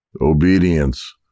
obedience